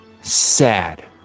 sad